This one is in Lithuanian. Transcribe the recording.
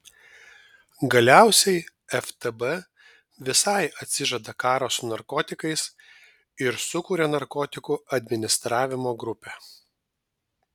galiausiai ftb visai atsižada karo su narkotikais ir sukuria narkotikų administravimo grupę